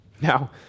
Now